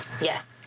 Yes